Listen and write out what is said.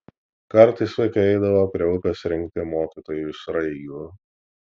kartais vaikai eidavo prie upės rinkti mokytojui sraigių